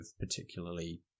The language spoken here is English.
particularly